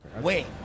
Wait